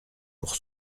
pour